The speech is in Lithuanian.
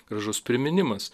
gražus priminimas